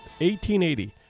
1880